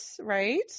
Right